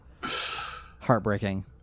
Heartbreaking